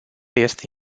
este